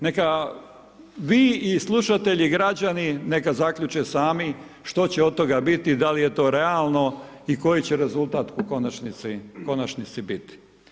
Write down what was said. Neka vi i slušatelji građani neka zaključe sami što će od toga biti, da li je to realno i koji će rezultat u konačnici biti.